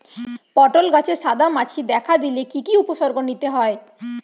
পটল গাছে সাদা মাছি দেখা দিলে কি কি উপসর্গ নিতে হয়?